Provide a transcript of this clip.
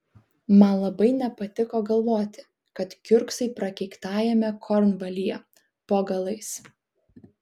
man labai nepatiko galvoti kad kiurksai prakeiktajame kornvalyje po galais